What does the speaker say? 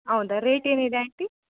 ಹೌದ ರೇಟ್ ಏನಿದೆ ಆಂಟಿ